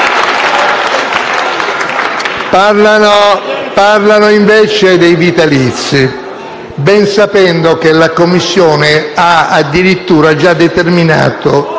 Parlano, invece, dei vitalizi, ben sapendo che la Commissione ha addirittura già determinato